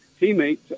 teammate